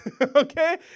Okay